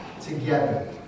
together